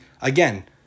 again